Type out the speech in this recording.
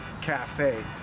Cafe